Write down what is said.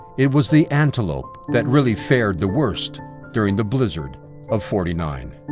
it was the antelope that really fared the worst during the blizzard of forty nine.